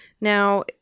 Now